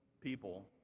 people